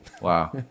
wow